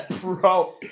Bro